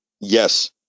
Yes